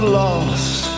lost